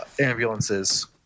ambulances